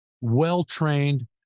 well-trained